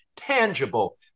tangible